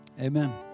amen